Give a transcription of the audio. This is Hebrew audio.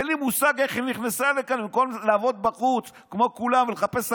אין לי מושג איך היא נכנסה לכאן במקום לעבוד בחוץ כמו כולם ולחפש עבודה.